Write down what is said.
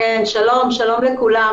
שלום לכולם.